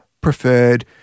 preferred